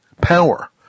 power